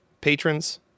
patrons